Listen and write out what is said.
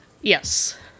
Yes